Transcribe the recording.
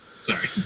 Sorry